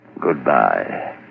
Goodbye